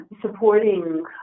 supporting